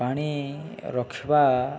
ପାଣି ରଖିବା